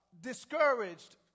discouraged